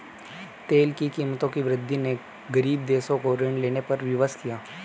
तेल की कीमतों की वृद्धि ने गरीब देशों को ऋण लेने पर विवश किया